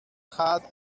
had